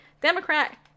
Democrat